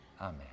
Amen